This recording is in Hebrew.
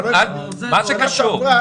לא, מה שקשור.